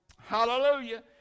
Hallelujah